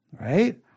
right